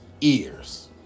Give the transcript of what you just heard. ears